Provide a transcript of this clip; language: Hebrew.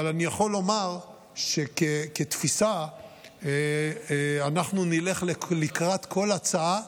אבל אני יכול לומר שכתפיסה אנחנו נלך לקראת כל הצעה,